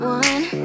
one